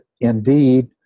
indeed